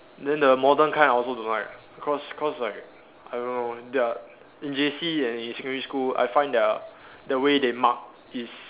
then the modern kind I also don't like cause cause like I don't know they are in J_C and in secondary school I find they are way they mark is